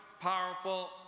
powerful